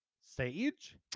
Sage